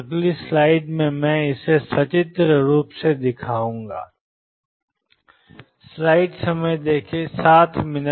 अगली स्लाइड में मैं इसे सचित्र रूप से दिखाता हूं